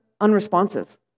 unresponsive